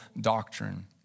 doctrine